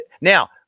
Now